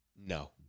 No